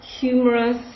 humorous